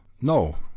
No